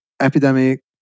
epidemic